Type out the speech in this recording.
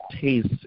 taste